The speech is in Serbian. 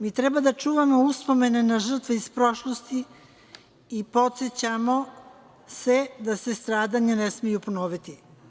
Mi treba da čuvamo uspomene za žrtve iz prošlosti i podsećamo se da se stradanje ne smeju ponoviti.